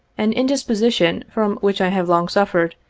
an indisposition from which i have long suffered,